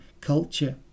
culture